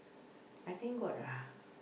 I thank god ah